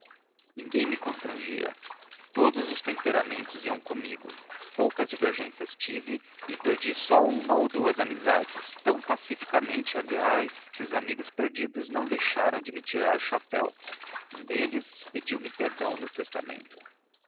ninguém me constrangia todos os temperamentos iam comigo poucas divergências tive e perdi só uma ou duas amizades tão pacificamente aliás que os amigos perdidos não deixaram de me tirar o chapéu um deles pediu-me perdão no testamento